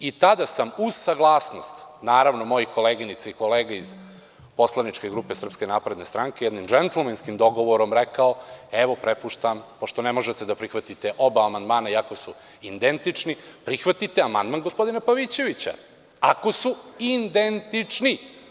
I tada sam, uz saglasnost, naravno, mojih koleginica i kolega iz poslaničke grupe SNS, jednim džentlmenskim dogovorom rekao – evo, prepuštam, pošto ne možete da prihvatite oba amandmana, iako su identični, prihvatite amandman gospodina Pavićevića, ako su identični.